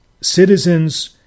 citizens